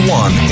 one